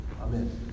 Amen